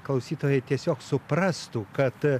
klausytojai tiesiog suprastų kad